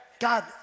God